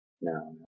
No